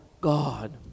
God